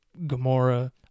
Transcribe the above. Gamora